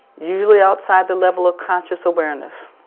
usually outside the level of conscious awareness.